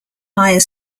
higher